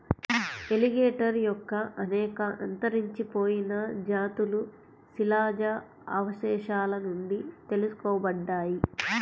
alligator యొక్క అనేక అంతరించిపోయిన జాతులు శిలాజ అవశేషాల నుండి తెలుసుకోబడ్డాయి